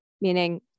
Meaning